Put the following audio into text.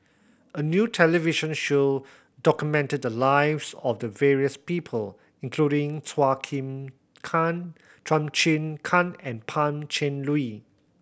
a new television show documented the lives of the various people including Chua Kim Kang Chua Chim Kang and Pan Cheng Lui